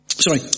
sorry